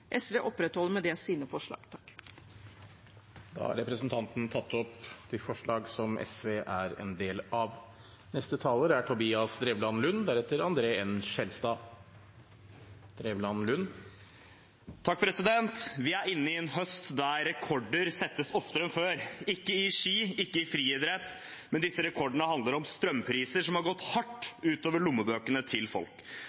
SV opprettholder med det sine forslag. Representanten Grete Wold har tatt opp de forslagene hun refererte til. Vi er inne i en høst der rekorder settes oftere enn før – ikke på ski, ikke innen friidrett. Disse rekordene handler om strømpriser som har gått